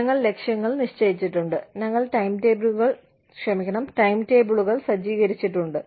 ഞങ്ങൾ ലക്ഷ്യങ്ങൾ നിശ്ചയിച്ചിട്ടുണ്ട് ഞങ്ങൾ ടൈംടേബിളുകൾ സജ്ജീകരിച്ചിട്ടുണ്ട്